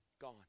Gone